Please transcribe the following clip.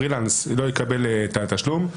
הפרילנסר לא יקבל את התשלום.